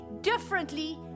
differently